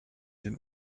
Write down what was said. den